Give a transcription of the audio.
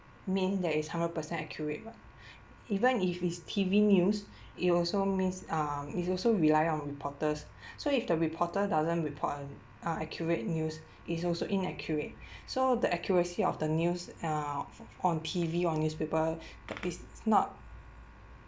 mean that is hundred percent accurate [what] even if it's T_V news it also means um it's also relying on reporters so if the reporter doesn't report on uh accurate news it's also inaccurate so the accuracy of the news uh f~ on T_V or newspaper is not